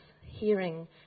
hearing